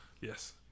Yes